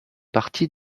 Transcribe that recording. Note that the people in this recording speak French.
partie